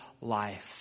life